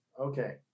okay